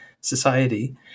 society